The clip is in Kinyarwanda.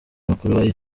makuru